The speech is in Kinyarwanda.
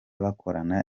bakorana